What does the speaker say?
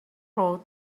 road